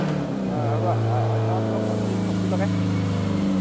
তাকে আপোনাৰ আৰু আ অন্য কিবা পাচলি চব্জি লগাইছে নেকি পাচলি